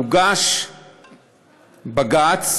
הוגש בג"ץ